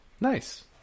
Nice